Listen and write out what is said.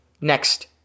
Next